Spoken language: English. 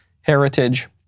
heritage